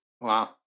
Wow